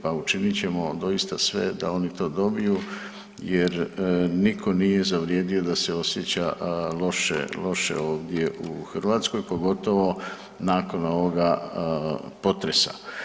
Pa učinit ćemo doista sve da oni to dobiju jer niko nije zavrijedio da se osjeća loše ovdje u Hrvatskoj, pogotovo nakon ovoga potresa.